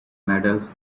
medals